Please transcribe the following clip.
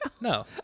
No